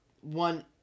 one